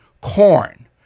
corn